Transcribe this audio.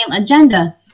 agenda